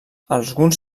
alguns